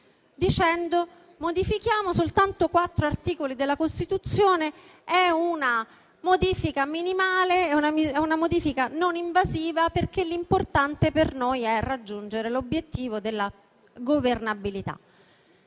dicendo: modifichiamo soltanto quattro articoli della Costituzione, è una modifica minimale, una modifica non invasiva, perché l'importante per noi è raggiungere l'obiettivo della governabilità.